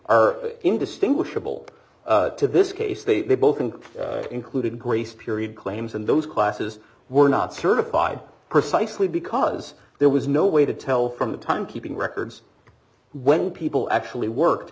are indistinguishable to this case they both included grace period claims and those classes were not certified precisely because there was no way to tell from the time keeping records when people actually worked